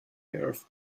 earth